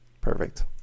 Perfect